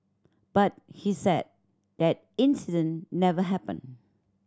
but he said that incident never happened